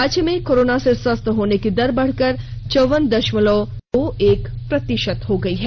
राज्य में कोरोना से स्वस्थ होने की दर बढ़कर चौवन दशमलव दो एक प्रतिशत है